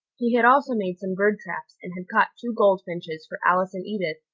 he had also made some bird-traps, and had caught two goldfinches for alice and edith,